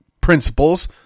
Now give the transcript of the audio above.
principles